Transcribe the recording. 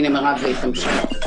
מירב תמשיך.